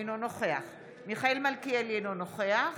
אינו נוכח מיכאל מלכיאלי, אינו נוכח